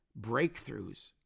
breakthroughs